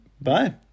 Bye